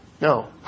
no